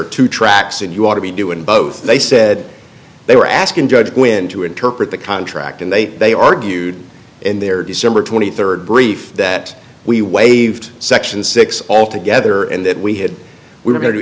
are two tracks and you ought to be doing both they said they were asking judge when to interpret the contract and they they argued in their december twenty third brief that we waived section six altogether and that we had we